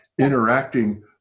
interacting